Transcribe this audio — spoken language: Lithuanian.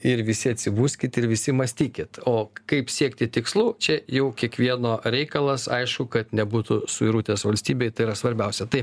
ir visi atsibuskit ir visi mąstykit o kaip siekti tikslų čia jau kiekvieno reikalas aišku kad nebūtų suirutės valstybei tai yra svarbiausia tai